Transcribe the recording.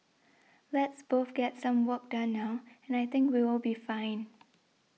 let's both get some work done now and I think we will be fine